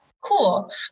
Cool